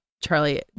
Charlie